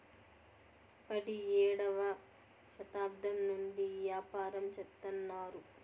పడియేడవ శతాబ్దం నుండి ఈ యాపారం చెత్తన్నారు